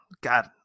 God